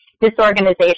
disorganization